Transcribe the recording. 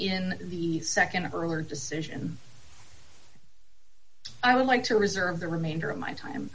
in the nd or earlier decision i would like to reserve the remainder of my time